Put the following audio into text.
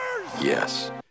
Yes